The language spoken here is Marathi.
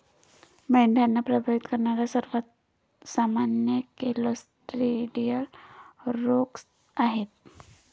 मेंढ्यांना प्रभावित करणारे सर्वात सामान्य क्लोस्ट्रिडियल रोग आहेत